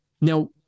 Now